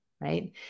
right